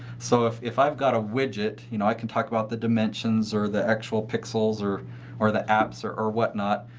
so, if if i've got a widget. you know, i can talk about the dimensions or the actual pixels or or the apps or or whatnot.